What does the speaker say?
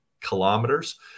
kilometers